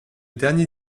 dernier